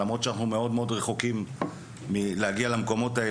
למרות שאנחנו מאוד מאוד רחוקים מלהגיע לשם.